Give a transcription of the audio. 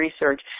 research